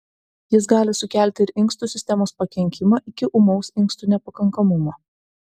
jis gali sukelti ir inkstų sistemos pakenkimą iki ūmaus inkstų nepakankamumo